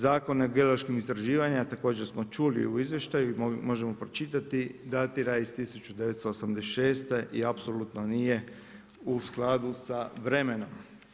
Zakon o geološkim istraživanjima također smo čuli u izvještaju i možemo pročitati, datira iz 1986. i apsolutno nije u skladu sa vremenom.